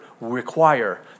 require